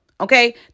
Okay